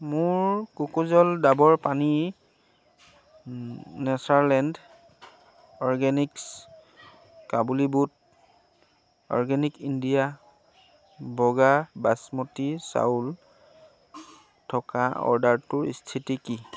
মোৰ কোকোজল ডাবৰ পানী নেচাৰলেণ্ড অৰগেনিক্ছ কাবুলী বুট অৰ্গেনিক ইণ্ডিয়া বগা বাচমতি চাউল থকা অৰ্ডাৰটোৰ স্থিতি কি